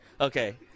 Okay